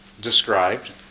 Described